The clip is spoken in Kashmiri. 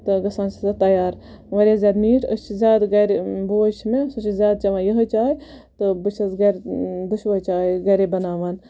تہٕ گَژھان چھِ سۄ تَیار واریاہ زیاد میٖٹھ أسۍ چھِ زیادٕ گَرِ بوے چھُ مےٚ سُہ چھُ زیاد چٮ۪وان یِہوے چاے تہٕ بہٕ چھَس گَرِ دۄشوے چایہِ گَرے بَناوان